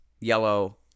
yellow